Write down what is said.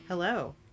Hello